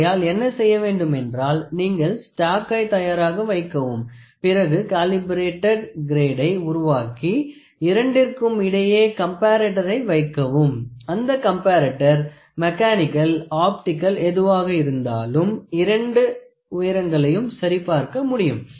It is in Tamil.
ஆகையால் என்ன செய்ய வேண்டும் என்றால் நீங்கள் ஸ்டாக்கை தயாராக வைக்கவும் பிறகு காலிபரேட்டட் கிரேடை உருவாக்கி இரண்டிற்குமிடையே கம்பரட்டரை வைக்கவும் அந்த கம்பாரெட்டார் மெக்கானிக்கல் ஆப்டிகல் எதுவாக இருந்தாலும் இரண்டு உயரங்களையும் சரி பார்க்க முடியும்